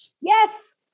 Yes